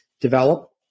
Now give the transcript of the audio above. develop